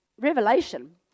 Revelation